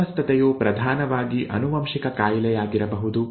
ಅಸ್ವಸ್ಥತೆಯು ಪ್ರಧಾನವಾಗಿ ಆನುವಂಶಿಕ ಕಾಯಿಲೆಯಾಗಿರಬಹುದು